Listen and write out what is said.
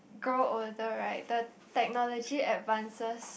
grow older right the technology advances